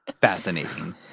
Fascinating